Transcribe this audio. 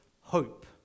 hope